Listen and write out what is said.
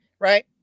Right